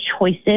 choices